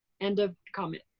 end of comment.